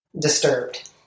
Disturbed